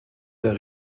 der